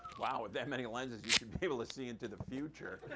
wow, with that many lenses, you should be able to see into the future.